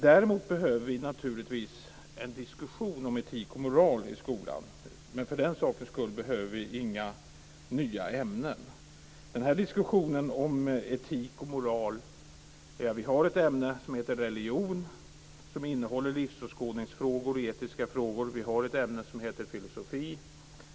Däremot behöver vi naturligtvis en diskussion om etik och moral i skolan, men för den sakens skull behöver vi inga nya ämnen. Vi har ett ämne som heter religion som innehåller livsåskådningsfrågor och etiska frågor. Vi har ett ämne som heter filosofi.